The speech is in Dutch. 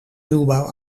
ruwbouw